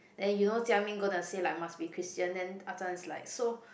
then you know Jia-Ming gonna say like must be Christian then Ah-Chong is like so